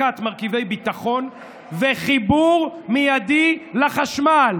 ואספקת מרכיבי ביטחון וחיבור מיידי לחשמל.